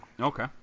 Okay